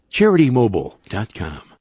CharityMobile.com